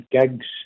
gigs